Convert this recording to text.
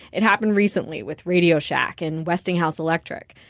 it happened recently with radio shack and westinghouse electric.